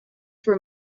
for